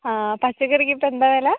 പച്ചക്കറിക്കിപ്പോൾ എന്താ വില